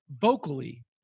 vocally